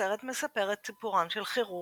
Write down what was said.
הסרט מספר את סיפרם של כירורג,